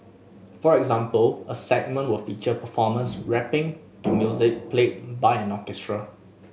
for example a segment will feature performers rapping to music played by an orchestra